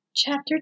Chapter